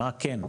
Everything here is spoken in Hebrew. מה כן.